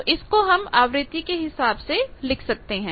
तो इसको हम आवृत्ति के हिसाब से लिख सकते हैं